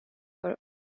for